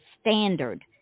standard